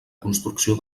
construcció